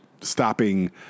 stopping